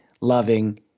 loving